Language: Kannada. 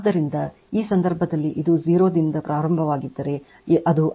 ಆದ್ದರಿಂದ ಈ ಸಂದರ್ಭದಲ್ಲಿ ಇದು 0 ರಿಂದ ಪ್ರಾರಂಭವಾಗಿದ್ದರೆ ಅದು I